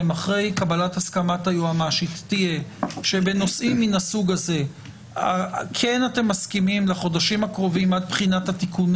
נפלה שגגה ויש גופים כמו שב"ס שכן זכאים לקבל מידע על תיקים